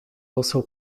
also